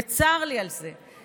וצר לי על זה,